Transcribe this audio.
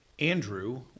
Andrew